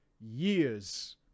years